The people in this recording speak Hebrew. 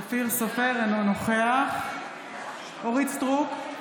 אינו נוכח אורית מלכה סטרוק,